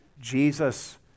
Jesus